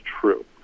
true